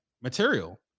material